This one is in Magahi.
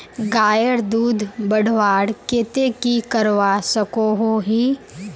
गायेर दूध बढ़वार केते की करवा सकोहो ही?